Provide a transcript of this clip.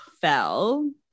fell